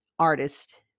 artist